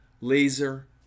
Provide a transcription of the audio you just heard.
laser